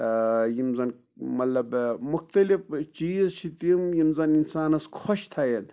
یِم زَن مطلب مختلف چیٖز چھِ تِم یِم زَن اِنسانَس خۄش تھاون